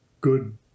good